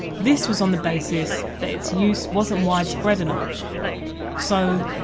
this was on the basis that it's use wasn't widespread enough so,